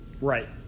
Right